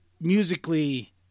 musically